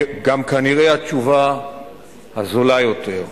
כנראה, התשובה הזולה יותר,